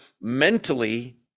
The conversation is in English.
mentally